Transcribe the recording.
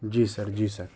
جی sir جی سر